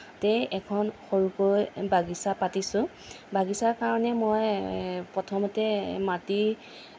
তাতে এখন সৰুকৈ বাগিছা পাতিছোঁ বাগিছাৰ কাৰণে মই প্ৰথমতে মাটি